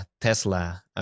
Tesla